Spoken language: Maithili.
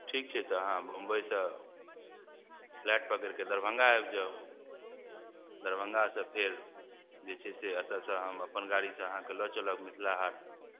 ठीक छै तऽ अहाँ बम्बइसँ फ्लाइट पकड़ि कऽ दरभंगा आबि जाउ दरभंगासँ फेर जे छै से एतऽसँ हम अपन गाड़ीसँ अहाँके लअ चलब मिथिला हाट